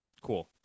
Cool